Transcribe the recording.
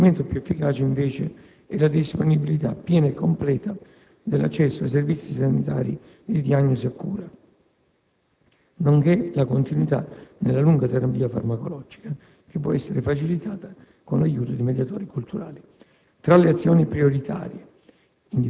lo strumento più efficace, invece, è la disponibilità piena e completa dell'accesso ai servizi sanitari di diagnosi e cura, nonché la continuità nella lunga terapia farmacologica, che può essere facilitata con l'aiuto di mediatori culturali. Tra le azioni prioritarie,